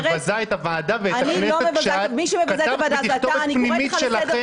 את מבזה את הוועדה ואת הכנסת כשאת כתבת בתכתובת פנימית שלכם,